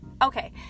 okay